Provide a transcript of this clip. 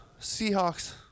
Seahawks